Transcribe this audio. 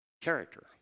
character